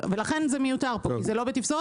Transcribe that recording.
לכן זה מיותר פה כי זה לא בתפזורת.